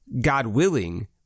God-willing